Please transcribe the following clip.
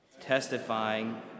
testifying